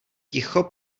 ticho